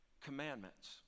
commandments